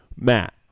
Matt